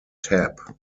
tap